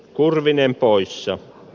kurvinen poissa